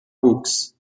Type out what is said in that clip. books